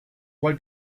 cual